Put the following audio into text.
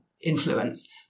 influence